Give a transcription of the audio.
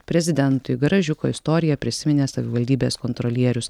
prezidentui garažiuko istoriją prisiminė savivaldybės kontrolierius